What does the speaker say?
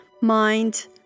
mind